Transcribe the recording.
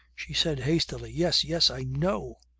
she said hastily yes! yes! i know,